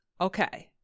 Okay